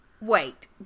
wait